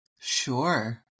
Sure